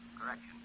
Correction